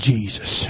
Jesus